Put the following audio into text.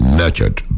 nurtured